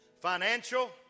financial